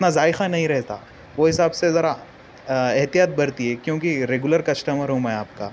اتنا ذائقہ نہیں رہتا وہ حساب سے ذرا احتیاط برتیے کیونکہ ریگولر کسٹمر ہوں میں آپ کا